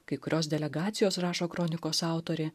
kai kurios delegacijos rašo kronikos autorė